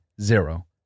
Zero